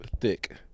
thick